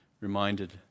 reminded